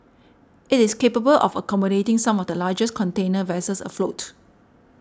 it is capable of accommodating some of the largest container vessels afloat